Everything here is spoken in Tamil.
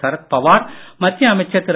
சரத் பவார் மத்திய அமைச்சர் திரு